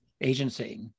agency